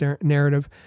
narrative